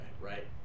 right